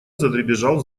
задребезжал